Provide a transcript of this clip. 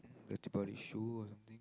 the Deepavali show or something